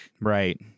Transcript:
Right